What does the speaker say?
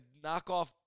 knockoff